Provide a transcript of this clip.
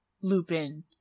Lupin